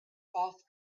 off